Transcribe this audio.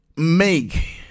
Make